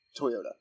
toyota